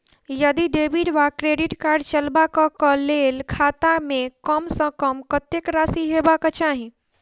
यदि डेबिट वा credit card चलबाक कऽ लेल खाता मे कम सऽ कम कत्तेक राशि हेबाक चाहि?